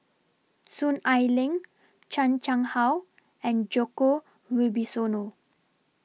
Soon Ai Ling Chan Chang How and Djoko Wibisono